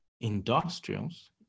industrials